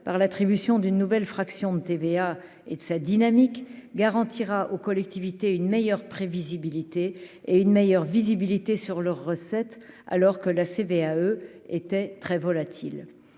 par l'attribution d'une nouvelle fraction de TVA et de sa dynamique garantira aux collectivités une meilleure prévisibilité et une meilleure visibilité sur leurs recettes, alors que la CVAE était très volatile,